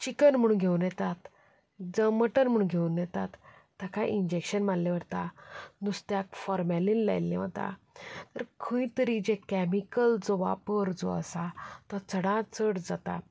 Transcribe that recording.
chicken म्हणून घेवन येतात जावं मटण म्हणून घेवन येतात ताका इन्जेकशन मारलें वता नुस्त्याक फोर्मेलीन लायिल्लें वता खंय जरी जें कॅमीकल जो वापर जो आसा तो चडांत चड जाता